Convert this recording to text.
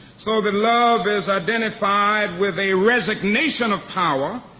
so that love is identified with a resignation of power,